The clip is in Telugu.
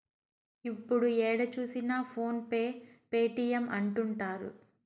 ఇప్పుడు ఏడ చూసినా ఫోన్ పే పేటీఎం అంటుంటారు